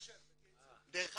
דרך אגב,